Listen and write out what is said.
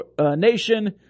Nation